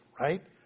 Right